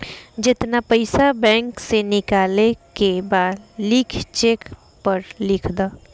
जेतना पइसा बैंक से निकाले के बा लिख चेक पर लिख द